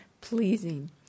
pleasing